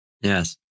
Yes